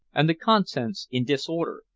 and the contents in disorder,